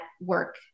work